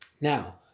Now